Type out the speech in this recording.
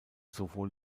sowohl